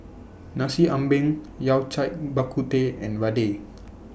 Nasi Ambeng Yao Cai Bak Kut Teh and Vadai